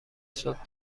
صبح